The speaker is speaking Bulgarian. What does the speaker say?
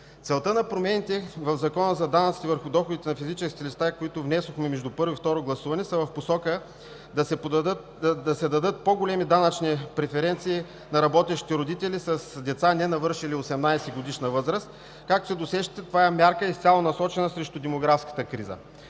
Целта на промените в Закона за данъците върху доходите на физическите лица, които внесохме между първо и второ гласуване, са в посока да се дадат по-големи данъчни преференции на работещите родители с деца, ненавършили 18-годишна възраст. Както се досещате, това е мярка, изцяло насочена срещу демографската криза.